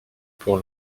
pour